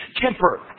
temper